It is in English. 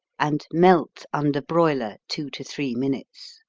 and melt under broiler two to three minutes.